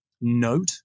note